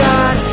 God